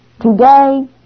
Today